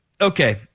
Okay